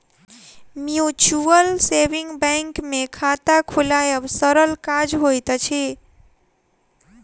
mutual saving bank मे खाता खोलायब सरल काज होइत अछि